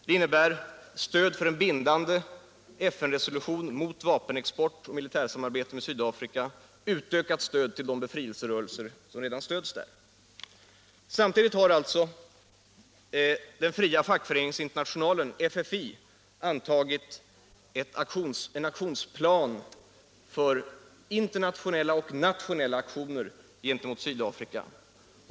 De innebär stöd för en bindande FN-resolution mot vapenexport och militärsamarbete med Sydafrika och utökat stöd till de befrielserörelser där som redan stöds. Samtidigt har alltså Fria fackföreningsinternationalen, FFI, antagit en aktionsplan för internationella och nationella aktioner gentemot Sydafrika.